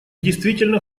действительно